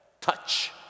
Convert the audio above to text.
touch